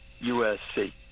USC